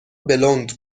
بلوند